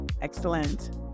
Excellent